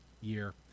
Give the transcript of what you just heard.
year